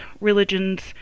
religions